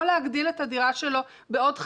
או להגדיל את הדירה שלו בעוד חדר,